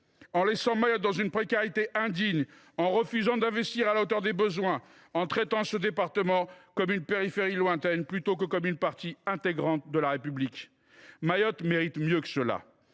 En laissant Mayotte dans une précarité indigne, en refusant d’investir à la hauteur des besoins, en traitant ce département comme une périphérie lointaine plutôt que comme une partie intégrante de la République. Mayotte mérite mieux que cela.